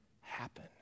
happen